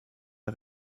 der